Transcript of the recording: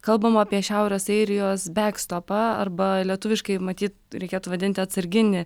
kalbama apie šiaurės airijos bekstopą arba lietuviškai matyt reikėtų vadinti atsarginį